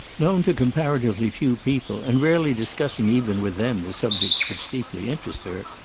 known to comparatively few people, and rarely discussing even with them the subjects which deeply interested her,